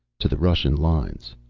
to the russian lines.